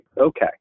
okay